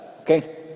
Okay